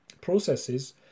processes